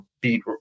beat